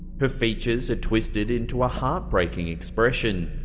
her features are twisted into a heartbreaking expression.